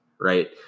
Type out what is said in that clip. right